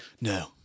no